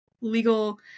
legal